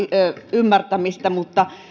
ymmärtämistä